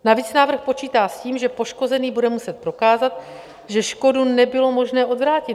Navíc návrh počítá s tím, že poškozený bude muset prokázat, že škodu nebylo možné odvrátit.